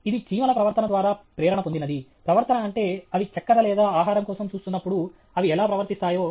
ఇది చీమల ప్రవర్తన ద్వారా ప్రేరణ పొందింది ప్రవర్తన అంటే అవి చక్కెర లేదా ఆహారం కోసం చూస్తున్నప్పుడు అవి ఎలా ప్రవర్తిస్తాయో